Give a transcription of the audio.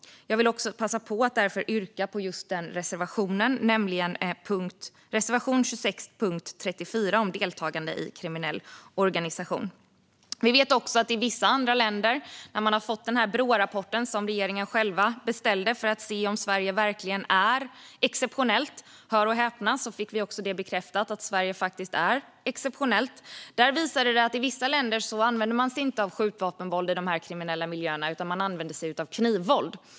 Jag vill också passa på att yrka bifall till just reservation 26, punkt 34, om deltagande i kriminell organisation. När vi fick den Brårapport som regeringen själv beställde för att se om Sverige verkligen är exceptionellt fick vi, hör och häpna, också bekräftat att Sverige faktiskt är exceptionellt. Rapporten visade att i vissa länder använder man sig inte av skjutvapenvåld i de kriminella miljöerna, utan man använder sig av knivvåld.